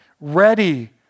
ready